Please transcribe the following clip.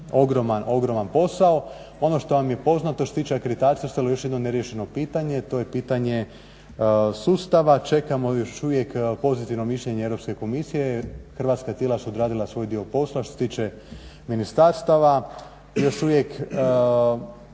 ogroman, ogroman posao. Ono što vam je poznato što se tiče akreditacije ostalo je još jedno neriješeno pitanje, to je pitanje sustava. Čekamo još uvijek pozitivno mišljenje Europske komisije. Hrvatska tijela su odradila svoj dio posla što se tiče ministarstava. Još uvijek